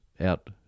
out